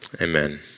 Amen